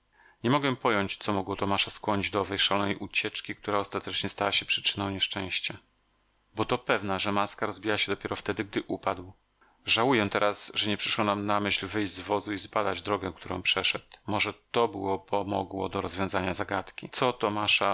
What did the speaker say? nie mogę pojąć co mogło tomasza skłonić do owej szalonej ucieczki która ostatecznie stała się przyczyną nieszczęścia bo to pewna że maska rozbiła się dopiero wtedy gdy upadł żałuję teraz że nie przyszło nam na myśl wyjść z wozu i zbadać drogę którą przeszedł możeby to było pomogło do rozwiązanierozwiązania zagadki co tomasza